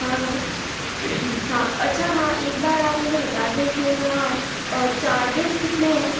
हाँ हाँ हाँ अच्छा हाँ एक बार आप मुझे बता दें के है ना चार्जेस कितने हैं